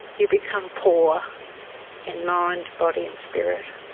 you become poor in mind, body and spirit,